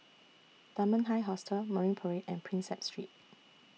Dunman High Hostel Marine Parade and Prinsep Street